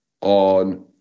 on